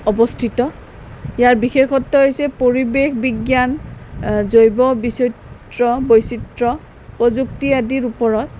অৱস্থিত ইয়াৰ বিশেষত্ব হৈছে পৰিৱেশ বিজ্ঞান জৈৱ বিচিত্ৰ বৈচিত্ৰ প্ৰযুক্তি আদিৰ ওপৰত